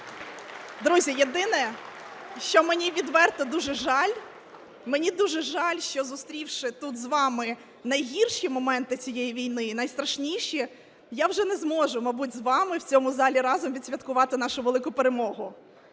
Друзі, єдине, що мені відверто дуже жаль, мені дуже жаль, що зустрівши тут з вами найгірші моменти цієї війни, найстрашніші, я вже не зможу, мабуть, з вами в цьому залі разом відсвяткувати нашу велику перемогу.